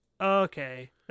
Okay